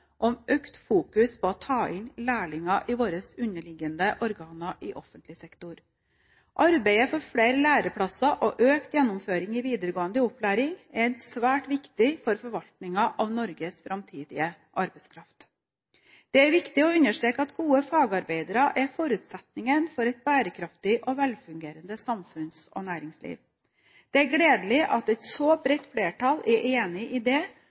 om økt fokus på å ta inn lærlinger i våre underliggende organer i offentlig sektor. Arbeidet for flere læreplasser og økt gjennomføring i videregående opplæring er svært viktig for forvaltningen av Norges framtidige arbeidskraft. Det er viktig å understreke at gode fagarbeidere er forutsetningen for et bærekraftig og velfungerende samfunns- og næringsliv. Det er gledelig at et så bredt flertall er enig i det,